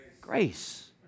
Grace